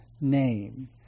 name